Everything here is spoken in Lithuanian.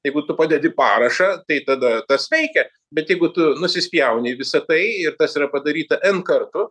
jeigu tu padedi parašą tai tada tas veikia nusispjauni į visa tai ir tas yra padaryta en kartų